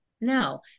No